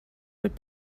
would